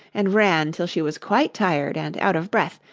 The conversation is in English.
and ran till she was quite tired and out of breath,